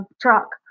truck